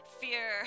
fear